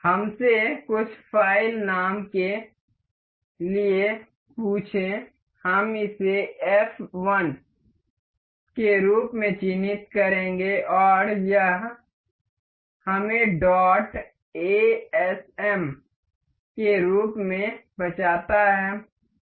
हमसे कुछ फ़ाइल नाम के लिए पूछें हम इसे एफ 1 के रूप में चिह्नित करेंगे और यह हमें डॉट एएसएम के रूप में बचाता है